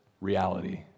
reality